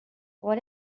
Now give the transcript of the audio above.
what